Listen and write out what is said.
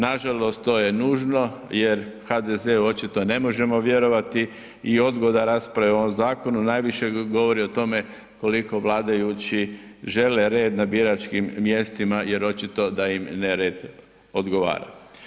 Nažalost to je nužno jer HDZ-u očito ne možemo vjerovati i odgoda rasprave o ovom zakonu najviše govori o tome koliko vladajući žele red na biračkim mjestima jer očito da im nered odgovara.